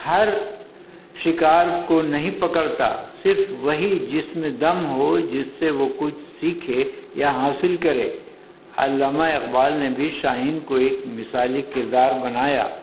ہر شکار کو نہیں پکڑتا صرف وہی جس میں دم ہو جس سے وہ کچھ سیکھے یا حاصل کرے علامہ اقبال نے بھی شاہین کو ایک مثالی کردار بنایا